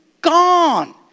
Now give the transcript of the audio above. gone